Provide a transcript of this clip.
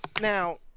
Now